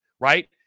right